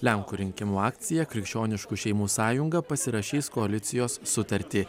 lenkų rinkimų akcija krikščioniškų šeimų sąjunga pasirašys koalicijos sutartį